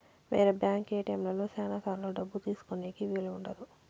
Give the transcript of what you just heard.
వేరే బ్యాంక్ ఏటిఎంలలో శ్యానా సార్లు డబ్బు తీసుకోనీకి వీలు ఉండదు